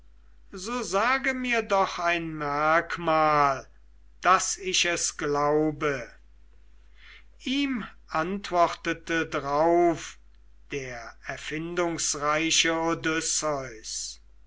so sage mir doch ein merkmal daß ich es glaube ihm antwortete drauf der erfindungsreiche